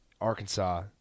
Arkansas